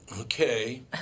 okay